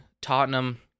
Tottenham